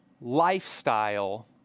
lifestyle